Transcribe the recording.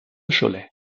cholet